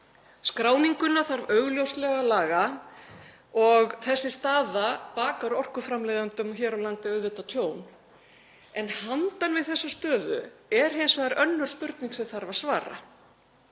Skráninguna þarf augljóslega að laga og þessi staða bakar orkuframleiðendum hér á landi auðvitað tjón. En handan við þessa stöðu er hins vegar önnur spurning sem þarf að svara: